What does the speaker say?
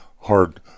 hard